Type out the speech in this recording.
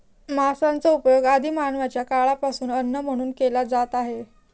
मांसाचा उपयोग आदि मानवाच्या काळापासून अन्न म्हणून केला जात आहे